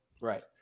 right